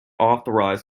authorised